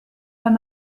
wenn